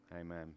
amen